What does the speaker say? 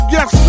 Yes